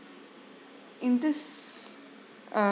in this err